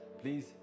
please